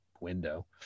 window